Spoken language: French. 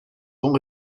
bons